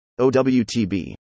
OWTB